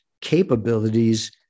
capabilities